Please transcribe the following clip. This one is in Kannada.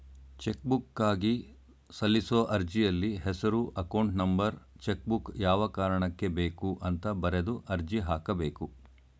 ಚೆಕ್ಬುಕ್ಗಾಗಿ ಸಲ್ಲಿಸೋ ಅರ್ಜಿಯಲ್ಲಿ ಹೆಸರು ಅಕೌಂಟ್ ನಂಬರ್ ಚೆಕ್ಬುಕ್ ಯಾವ ಕಾರಣಕ್ಕೆ ಬೇಕು ಅಂತ ಬರೆದು ಅರ್ಜಿ ಹಾಕಬೇಕು